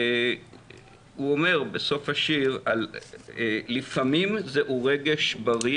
הוא אומר בסוף השיר "לפעמים זהו רגש בריא